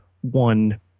one